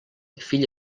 fill